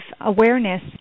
awareness